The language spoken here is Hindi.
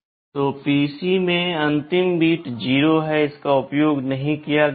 तो PC में अंतिम बिट 0 है जिसका उपयोग नहीं किया गया है